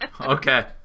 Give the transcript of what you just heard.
okay